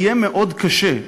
יהיה מאוד קשה,